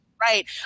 right